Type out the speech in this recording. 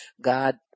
God